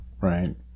right